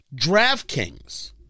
DraftKings